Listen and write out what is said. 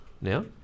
now